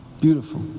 Beautiful